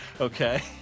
Okay